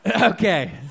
Okay